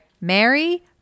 Mary